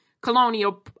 colonial